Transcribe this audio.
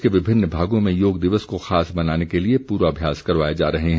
प्रदेश के विभिन्न भागों में योग दिवस को खास बनाने के लिए पूर्वभ्यास करवाए जा रहे हैं